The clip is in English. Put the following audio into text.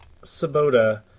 Sabota